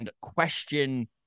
question